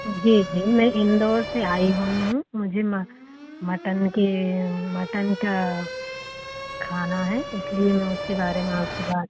जी जी मैं इंदौर से आई हुई हूँ मुझे मटन के मटन का खाना है इसलिए मैं उसके बारे में आपसे बात